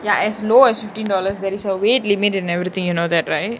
ya as low as fifteen dollars there is a weight limit in everthing you know that right